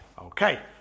Okay